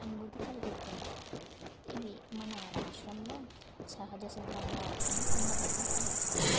అనుభూతి కలుగుతుంది ఇవి మన రాష్ట్రంలో సహజ సిద్ధంగా ఉన్న అందమైన ప్రదేశాలు